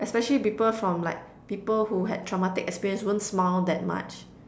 especially people from like people who had traumatic experience won't smile that much